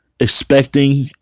expecting